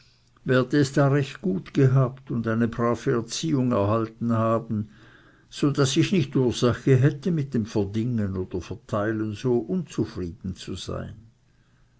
werde es da recht gut gehabt und eine brave erziehung erhalten haben so daß ich nicht ursache hätte mit dem verdingen oder verteilen so unzufrieden zu sein